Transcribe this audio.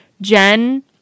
Jen